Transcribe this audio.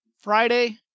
Friday